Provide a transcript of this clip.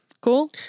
Cool